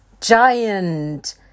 giant